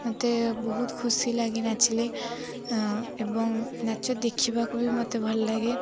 ମୋତେ ବହୁତ ଖୁସି ଲାଗେ ନାଚିଲେ ଏବଂ ନାଚ ଦେଖିବାକୁ ବି ମୋତେ ଭଲ ଲାଗେ